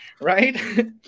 right